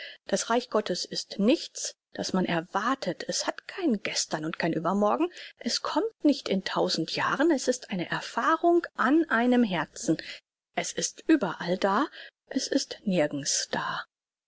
das reich gottes ist nichts das man erwartet es hat kein gestern und kein übermorgen es kommt nicht in tausend jahren es ist eine erfahrung an einem herzen es ist überall da es ist nirgends da